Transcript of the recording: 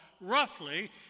roughly